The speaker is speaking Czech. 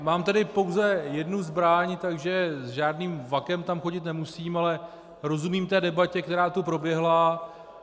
Mám tedy pouze jednu zbraň, takže s žádným vakem tam chodit nemusím, ale rozumím debatě, která tu proběhla.